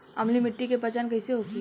अम्लीय मिट्टी के पहचान कइसे होखे?